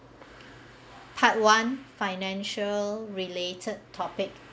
part one financial-related topic